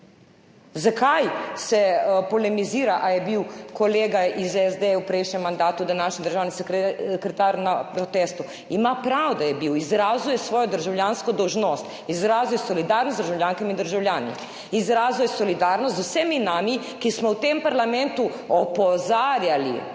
Zakaj se polemizira, ali je bil kolega iz SD v prejšnjem mandatu, današnji državni sekretar na protestu? Ima prav, da je bil. Izrazil je svojo državljansko dolžnost, izrazil je solidarnost z državljankami in državljani, izrazil je solidarnost z vsemi nami, ki smo v tem parlamentu opozarjali,